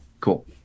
Cool